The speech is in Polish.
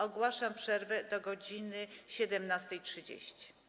Ogłaszam przerwę do godz. 17.30.